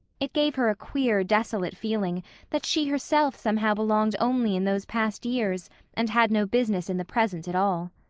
it gave her a queer desolate feeling that she herself somehow belonged only in those past years and had no business in the present at all.